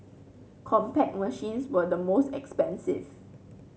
Compaq machines were the most expensive